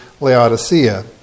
Laodicea